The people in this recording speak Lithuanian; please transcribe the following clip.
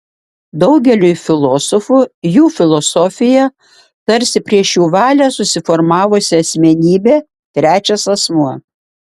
daugeliui filosofų jų filosofija tarsi prieš jų valią susiformavusi asmenybė trečias asmuo